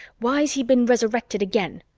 why's he been resurrected again?